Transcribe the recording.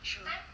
we should